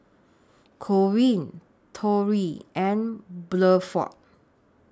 Corrine Torey and Bluford